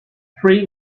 three